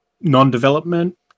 non-development